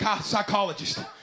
psychologist